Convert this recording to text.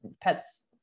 pets